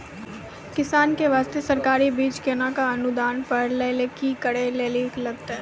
किसान के बास्ते सरकारी बीज केना कऽ अनुदान पर लै के लिए की करै लेली लागतै?